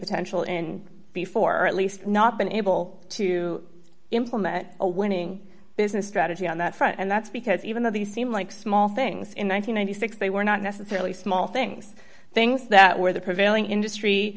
potential in before or at least not been able to implement a winning business strategy on that front and that's because even though these seem like small things in one thousand nine hundred and six they were not necessarily small things things that were the prevailing industry